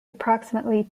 approximately